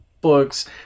books